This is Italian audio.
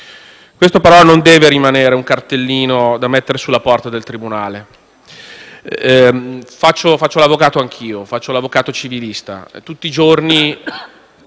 Questo però non deve rimanere un cartellino da mettere sulla porta del tribunale. Faccio l'avvocato anch'io, sono civilista e tutti i giorni